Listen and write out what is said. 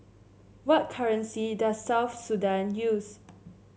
what currency does South Sudan use